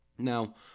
Now